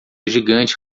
gigante